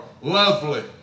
lovely